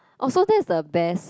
oh so that is the best